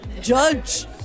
judge